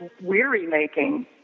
weary-making